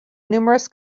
numerous